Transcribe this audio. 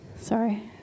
Sorry